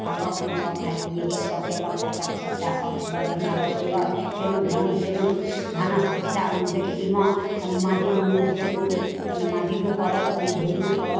अपन रखलहुँ सब खाए पिए गेल सब केलक फेलक सबटा सब बड़ बढ़िआँ बड़ सुन्दर केलहुँ धेलहुँ केलहुँ भानस देखादेखीमे कनि माँजै मनुज केलहुँ कनि माँजैओ पड़ल कनि धोएओ पड़ल